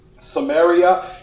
Samaria